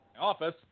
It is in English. Office